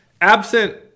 absent